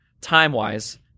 time-wise